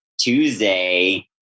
Tuesday